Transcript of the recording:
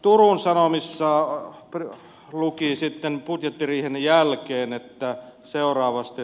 turun sanomissa luki sitten budjettiriihen jälkeen seuraavasti